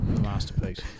masterpiece